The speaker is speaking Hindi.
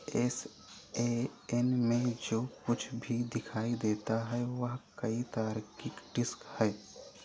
एस ए एन में जो कुछ भी दिखाई देता है वह कई तार्किक डिस्क है